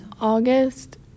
August